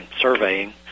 surveying